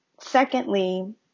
secondly